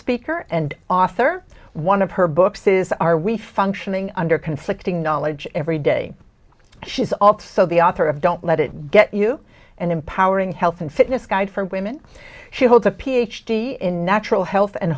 speaker and author one of her books is are we functioning under conflicting knowledge every day she's also the author of don't let it get you and empowering health and fitness guide for women she holds a ph d in natural health and